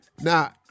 Now